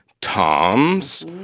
toms